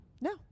No